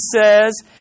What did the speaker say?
says